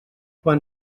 quan